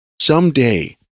Someday